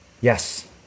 Yes